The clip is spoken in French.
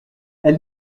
elle